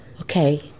Okay